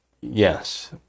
Yes